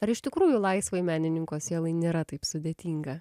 ar iš tikrųjų laisvai menininko sielai nėra taip sudėtinga